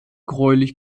gräulich